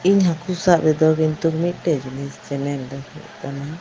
ᱤᱧ ᱦᱟᱠᱚ ᱥᱟᱵ ᱨᱮᱫᱚ ᱠᱤᱱᱛᱩ ᱢᱤᱫᱴᱮᱡ ᱡᱤᱱᱤᱥ ᱪᱮᱞᱮᱧᱡᱽᱫᱚ ᱦᱩᱭᱩᱜ ᱠ ᱟᱱᱟ